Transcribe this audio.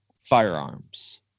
firearms